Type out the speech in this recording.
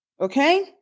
Okay